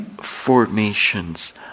formations